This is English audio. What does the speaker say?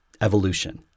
evolution